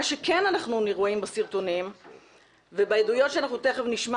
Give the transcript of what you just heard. מה שכן אנחנו רואים בסרטונים ובעדויות שאנחנו תיכף נשמע